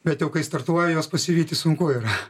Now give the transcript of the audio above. bet jau kai startuoja juos pasivyti sunku yra